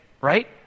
right